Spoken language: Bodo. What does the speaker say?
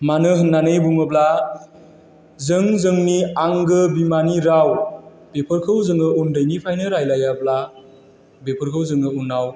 मानो होननानै बुङोब्ला जों जोंनि आंगो बिमानि राव बेफोरखौ जोङो उन्दैनिफ्रायनो रायज्लायाब्ला बेफोरखौ जोङो उनाव